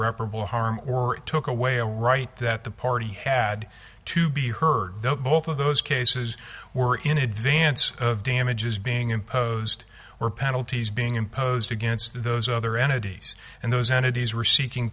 irreparable harm or took away a right that the party had to be heard both of those cases were in advance of damages being imposed or penalties being imposed against those other entities and those entities were seeking